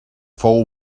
fou